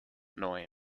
neu